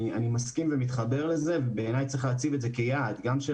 אני מסכים ומתחבר לזה ובעיניי צריך להציג את זה כיעד גם של